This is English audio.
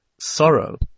sorrow